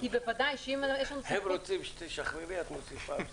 כי בוודאי שאם יש לנו סמכות -- הם רוצים שתשחררי ואת מוסיפה.